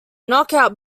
knockout